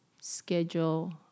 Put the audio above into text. schedule